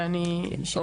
תודה רבה.